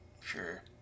Sure